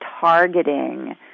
targeting